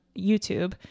YouTube